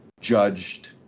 judged